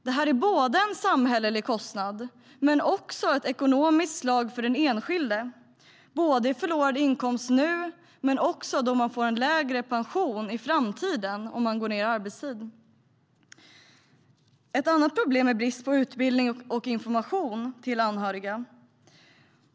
Det är en samhällelig kostnad att man går ned i arbetstid men också ett ekonomiskt slag för den enskilde, i förlorad inkomst nu men också i form av lägre pension i framtiden. Ett annat problem är brist på utbildning och information till anhöriga.